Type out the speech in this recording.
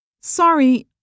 Sorry